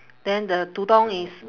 then the tudung is